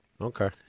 Okay